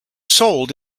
sold